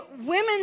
women